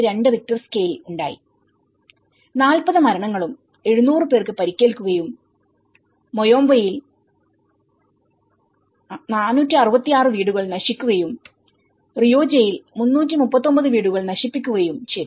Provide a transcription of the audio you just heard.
2 Richter scale ഉണ്ടായി 40 മരണങ്ങളും 700 പേർക്ക് പരിക്കേൽക്കുകയും മൊയോബാംബയിൽ 466 വീടുകൾ നശിക്കുകയും റിയോജയിൽ 339 വീടുകൾ നശിപ്പിക്കുകയും ചെയ്തു